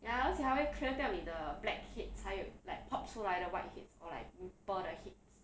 ya 而且它会 clear 掉你的 black heads 还有 like pop 出来的 white heads or like pimple the heads